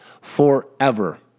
forever